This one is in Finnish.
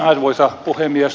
arvoisa puhemies